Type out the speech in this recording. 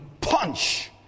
punch